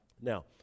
Now